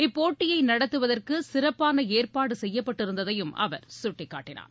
இப்போட்டியை நடத்துவதற்கு சிறப்பான ஏற்பாடு செய்யப்பட்டிருந்ததையும் அவர் கட்டிக்காட்டினார்